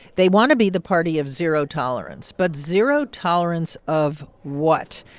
they want to be the party of zero tolerance. but zero tolerance of what?